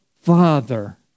Father